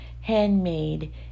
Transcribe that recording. handmade